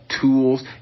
tools